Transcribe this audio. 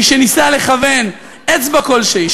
מי שניסה לכוון אצבע כלשהי,